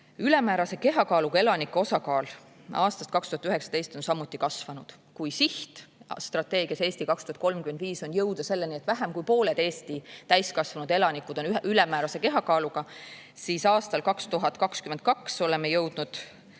Ülemäärase kehakaaluga elanike osakaal on aastast 2019 samuti kasvanud. Kui strateegias "Eesti 2035" on siht jõuda selleni, et vähem kui pooled Eesti täiskasvanud elanikud on ülemäärase kehakaaluga, siis aastal 2022 oleme jõudnud